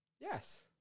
Yes